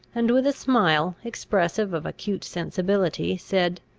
and with a smile, expressive of acute sensibility, said,